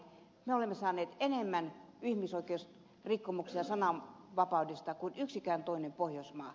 me olemme saaneet enemmän ihmisoikeusrikkomustuomioita sananvapaudesta kuin yksikään toinen pohjoismaa